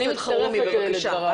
אני מצטרפת לדבריו,